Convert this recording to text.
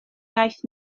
iaith